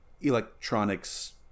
electronics